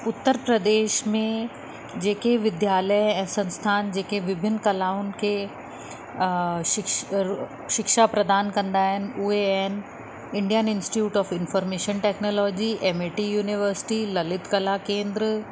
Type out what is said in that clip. उत्तर प्रदेश में जेके विद्यालय ऐं संस्थान जेके विभिन्न कलाउनि खे शिक्ष र शिक्षा प्रधान कंदा आहिनि उहे आहिनि Indian Institute of Information Technology Amity University Lalit Kala केंद्र